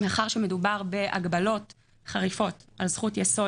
מאחר ומדובר בהגבלות חריפות על זכות יסוד